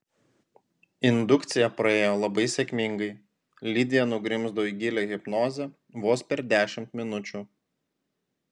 indukcija praėjo labai sėkmingai lidija nugrimzdo į gilią hipnozę vos per dešimt minučių